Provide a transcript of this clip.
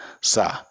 sir